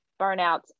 burnouts